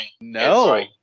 No